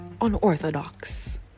unorthodox